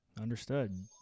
understood